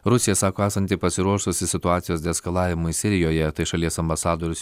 rusija sako esanti pasiruošusi situacijos deeskalavimui sirijoje tai šalies ambasadorius